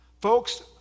Folks